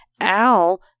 Al